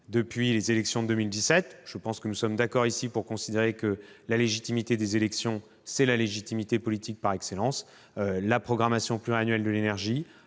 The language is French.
depuis les élections de 2017. Je pense que nous sommes tous d'accord pour considérer que, la légitimité des élections, c'est la légitimité politique par excellence. La programmation pluriannuelle de l'énergie,